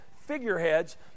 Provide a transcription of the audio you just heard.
figureheads